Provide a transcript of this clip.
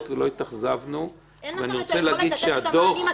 ולא התאכזבנו -- אין לכם היכולת לתת מענים.